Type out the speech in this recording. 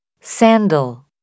Sandal